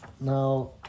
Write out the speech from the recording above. Now